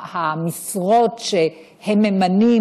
המשרות שהם ממנים,